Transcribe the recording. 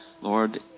Lord